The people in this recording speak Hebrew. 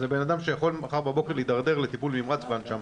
זה בן אדם שמצבו יכול מחר בבוקר להידרדר לטיפול נמרץ והנשמה.